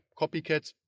copycats